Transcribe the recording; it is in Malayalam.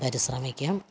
പരിശ്രമിക്കും